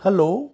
hello